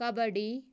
Kabaddi